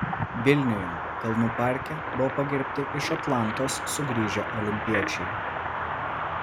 vilniuje kalnų parke buvo pagerbti iš atlantos sugrįžę olimpiečiai